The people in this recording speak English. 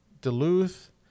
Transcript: Duluth